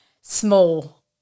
small